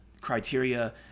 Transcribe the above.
criteria